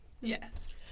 Yes